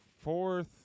fourth